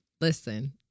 listen